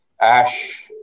Ash